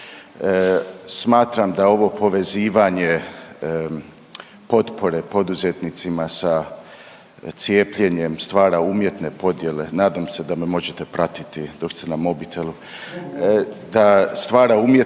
Smatram da ovo povezivanje potpore poduzetnicima sa cijepljenjem stvara umjetne podjele, nadam se da me možete pratiti dok ste na mobitelu, da stvara umjetne podjele